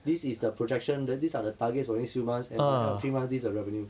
this is the projection then these are the targets for next few months and by end of three months this is the revenue